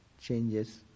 changes